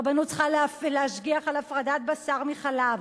רבנות צריכה להשגיח על הפרדת בשר וחלב,